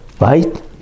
right